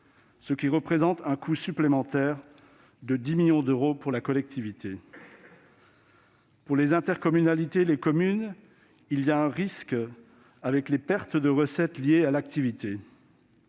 ce qui représente un coût supplémentaire de 10 millions d'euros pour la collectivité. Les intercommunalités et les communes font face à un risque avec les pertes de recettes liées à l'activité.